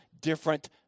different